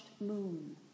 moon